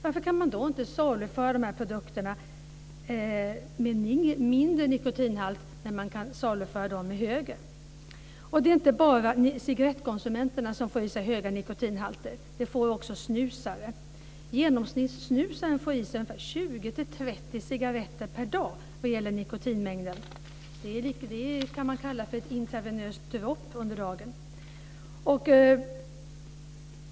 Varför kan man då inte saluföra dessa produkter med lägre nikotinhalt när man kan saluföra produkter med högre nikotinhalt? Det är inte bara cigarettkonsumenterna som får i sig höga nikotinhalter. Det får också snusare. Genomsnittssnusaren får i sig en nikotinmängd som motsvarar ungefär 20-30 cigaretter per dag. Det kan man kalla för ett intravenöst dropp under dagen.